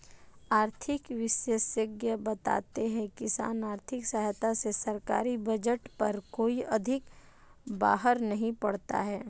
आर्थिक विशेषज्ञ बताते हैं किसान आर्थिक सहायता से सरकारी बजट पर कोई अधिक बाहर नहीं पड़ता है